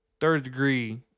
third-degree